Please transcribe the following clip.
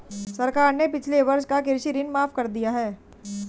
सरकार ने पिछले वर्ष का कृषि ऋण माफ़ कर दिया है